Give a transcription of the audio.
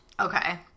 Okay